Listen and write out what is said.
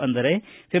ಅಂದರೆ ಫೆ